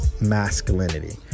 masculinity